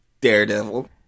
Daredevil